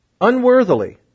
unworthily